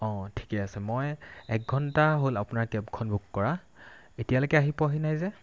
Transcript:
অঁ ঠিকে আছে মই এক ঘণ্টা হ'ল আপোনাৰ কেবখন বুক কৰা এতিয়ালৈকে আহি পোৱাহি নাই যে